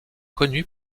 connue